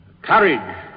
courage